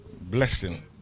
blessing